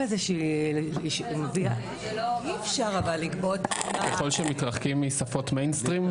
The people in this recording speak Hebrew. ככל שמתרחקים משפות מיינסטרים,